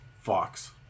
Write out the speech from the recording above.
fox